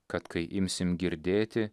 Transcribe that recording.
kad kai imsim girdėti